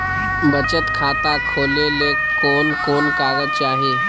बचत खाता खोले ले कोन कोन कागज चाही?